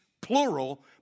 plural